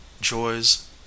joys